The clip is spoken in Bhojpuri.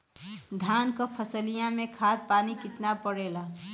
धान क फसलिया मे खाद पानी कितना पड़े ला?